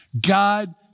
God